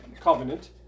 covenant